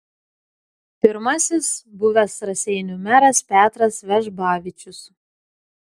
pirmasis buvęs raseinių meras petras vežbavičius